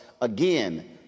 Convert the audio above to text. again